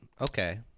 okay